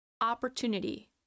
opportunity